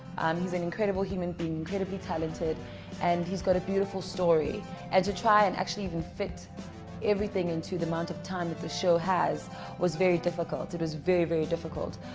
um he's an incredible human being incredibly talented and he's got a beautiful story and to try and actually even fit everything into the amount of time that the show has was very difficult it was very, very difficult